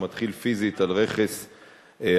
שמתחיל פיזית על רכס הר-הצופים.